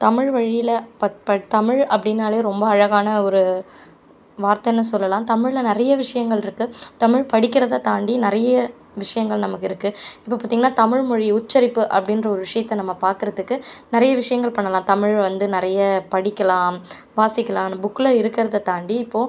தமிழ் வழியில் தமிழ் அப்படினாலே ரொம்ப அழகான ஒரு வார்த்தைன்னு சொல்லலாம் தமிழில் நிறைய விஷயங்கள் இருக்கு தமிழ் படிக்கிறதை தாண்டி நிறைய விஷயங்கள் நமக்கு இருக்கு இப்போது பார்த்தீங்கன்னா தமிழ் மொழி உச்சரிப்பு அப்படின்ற ஒரு விஷயத்தை நம்ம பார்க்கறதுக்கு நிறைய விஷயங்கள் பண்ணலாம் தமிழ் வந்து நிறைய படிக்கலாம் வாசிக்கலாம் புக்கில் இருக்கிறத தாண்டி இப்போது